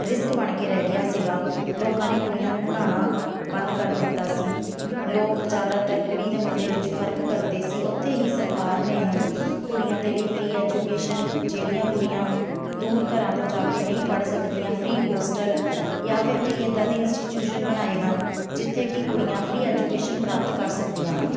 risk ਬਣ ਕੇ ਰਹਿ ਗਿਆ ਸੀਗਾ ਲੋਕਾਂ ਨੇ ਕੁੜੀਆਂ ਨੂੰ ਪੜ੍ਹਾਉਣਾ ਬੰਦ ਕਰ ਦਿੱਤਾ ਸੀ ਲੋਕ ਜ਼ਿਆਦਾਤਰ ਕੁੜੀ ਅਤੇ ਮੁੰਡੇ ਵਿੱਚ ਫਰਕ ਕਰਦੇ ਸੀ ਉੱਥੇ ਹੀ ਸਰਕਾਰ ਨੇ ਹੁਣ ਕੁੜੀਆਂ ਦੇ ਲਈ ਫਰੀ ਐਜੂਕੇਸ਼ਨ ਜਿਹੜੀਆਂ ਕੁੜੀਆਂ ਦੂਰ ਘਰਾਂ ਤੋਂ ਜਾ ਕੇ ਨਹੀਂ ਪੜ੍ਹ ਸਕਦੀਆਂ ਫਰੀ ਹੋਸਟਲ ਜਾਂ ਫਿਰ ਕਈ ਇੱਦਾਂ ਦੇ ਇੰਸਟੀਚਿਊਸ਼ਨ ਬਣਾਏ ਹਨ ਜਿੱਥੇ ਕਿ ਕੁੜੀਆਂ ਫਰੀ ਐਜੂਕੇਸ਼ਨ ਪ੍ਰਾਪਤ ਕਰ ਸਕਦੀਆਂ ਹਨ